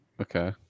Okay